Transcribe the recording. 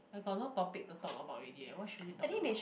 I got no topic to talk about already what should we talk about